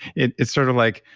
it's it's sort of like,